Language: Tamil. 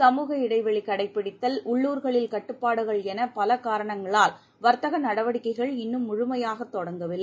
சமுக இடைவெளி கடைபிடித்தல் உள்ளுர்களில் கட்டுப்பாடுகள் என பல காரணங்களால் வர்த்தக நடவடிக்கைகள் இன்னும் முழுமையாக தொடங்கவில்லை